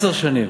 עשר שנים.